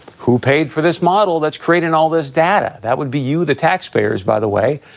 who paid for this model that's creating all this data? that would be you, the taxpayers. by the way,